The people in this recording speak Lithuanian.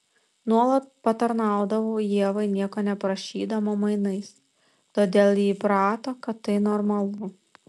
nuolat patarnaudavau ievai nieko neprašydama mainais todėl ji įprato kad tai normalu